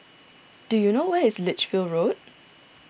do you know where is Lichfield Road